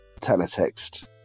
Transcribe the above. Teletext